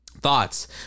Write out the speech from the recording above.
Thoughts